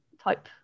type